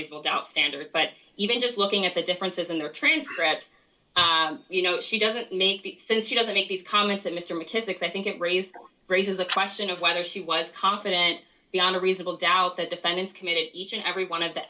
reasonable doubt standard but even just looking at the differences in their transcripts you know she doesn't make the since she doesn't make these comments that mystery typically i think it raises raises the question of whether she was confident beyond a reasonable doubt that defendants committed each and every one of the